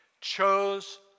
chose